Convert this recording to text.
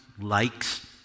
likes